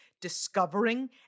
discovering